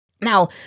Now